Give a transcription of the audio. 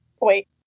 Wait